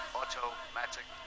automatic